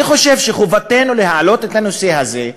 אני חושב שחובתנו להעלות את הנושא הזה,